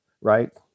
right